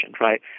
right